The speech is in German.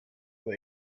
aber